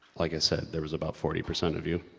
like, i said, there was about forty percent of you.